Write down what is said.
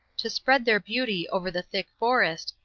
to spread their beauty over the thick forest,